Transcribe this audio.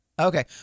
Okay